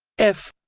f